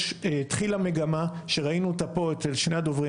התחילה מגמה שראינו אותה פה אצל שני הדוברים,